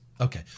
okay